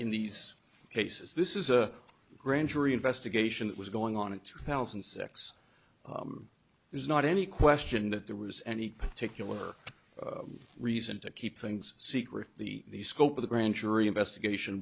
in these cases this is a grand jury investigation that was going on in two thousand and six there's not any question that there was any particular reason to keep things secret the scope of the grand jury investigation